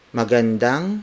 magandang